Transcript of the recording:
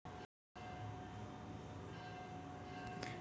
तुरीच्या पिकाले किती बार येते?